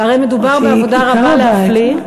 והרי מדובר בעבודה רבה להפליא.